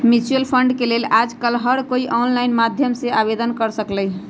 mutual fund के लेल आजकल हर कोई ऑनलाईन माध्यम से आवेदन कर सकलई ह